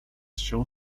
się